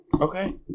Okay